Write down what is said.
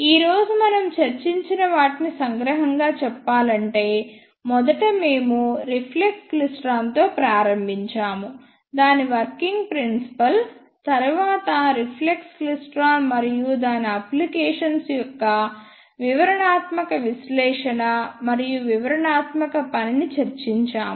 ఈ రోజు మనం చర్చించిన వాటిని సంగ్రహంగా చెప్పాలంటే మొదట మేము రిఫ్లెక్స్ క్లైస్ట్రాన్తో ప్రారంభించాము దాని వర్కింగ్ ప్రిన్సిపల్ తరువాత రిఫ్లెక్స్ క్లైస్ట్రాన్ మరియు దాని అప్లికేషన్స్ యొక్క వివరణాత్మక విశ్లేషణ మరియు వివరణాత్మక పని ని చర్చించాము